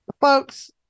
Folks